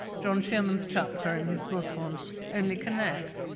john shearman's chapter in his book um only connect,